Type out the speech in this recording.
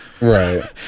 Right